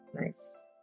nice